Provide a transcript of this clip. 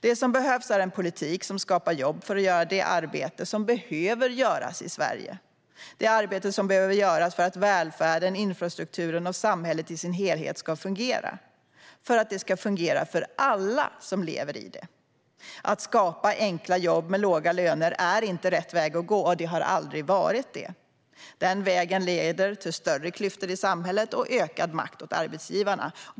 Det som behövs är en politik som skapar jobb för att göra det arbete som behöver göras i Sverige för att välfärden, infrastrukturen och samhället i sin helhet ska fungera - för alla som lever i det. Att skapa enkla jobb med låga löner är inte, och har aldrig varit, rätt väg att gå. Den vägen leder till större klyftor i samhället och ökad makt åt arbetsgivarna.